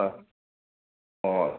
হয় অঁ